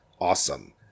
awesome